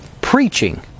preaching